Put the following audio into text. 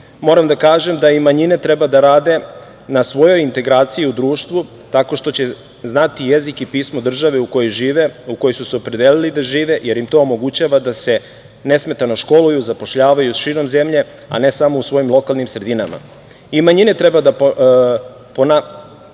moram da kažem da i manjine treba da rade na svojoj integraciji i u društvu tako što će znati jezik i pismo države u kojoj žive, u kojoj su se opredelili da žive, jer im to omogućava da se nesmetano školuju, zapošljavaju širom zemlje, a ne samo u svojim lokalnim sredinama i manjine treba poznavanjem